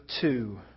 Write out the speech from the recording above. two